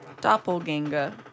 Doppelganger